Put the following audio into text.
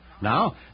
Now